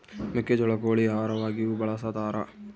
ಮೆಕ್ಕೆಜೋಳ ಕೋಳಿ ಆಹಾರವಾಗಿಯೂ ಬಳಸತಾರ